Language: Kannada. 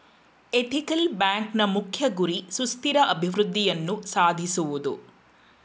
ಎಥಿಕಲ್ ಬ್ಯಾಂಕ್ನ ಮುಖ್ಯ ಗುರಿ ಸುಸ್ಥಿರ ಅಭಿವೃದ್ಧಿಯನ್ನು ಸಾಧಿಸುವುದು